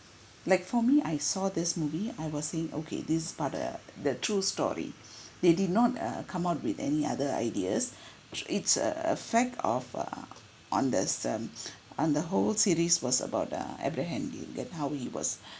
like for me I saw this movie I was saying okay this is part a the true story they did not uh come up with any other ideas it's a a fact of uh on this term on the whole series was about the abraham lincoln how he was